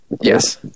Yes